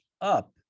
up